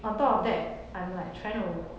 on top of that I'm like trying to